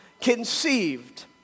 conceived